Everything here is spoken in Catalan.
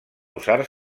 usar